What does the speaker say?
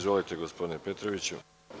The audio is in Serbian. Izvolite gospodine Petroviću.